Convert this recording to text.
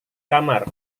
kamar